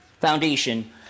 foundation